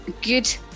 good